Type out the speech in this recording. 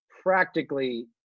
practically